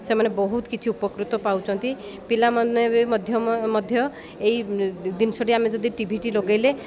ସେମାନେ ବହୁତ କିଛି ଉପକୃତ ପାଉଛନ୍ତି ପିଲାମାନେ ବି ମଧ୍ୟ ମଧ୍ୟ ଏଇ ଜିନିଷଟି ଆମେ ଯଦି ଟିଭିଟି ଲଗେଇଲେ